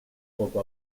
poco